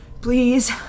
Please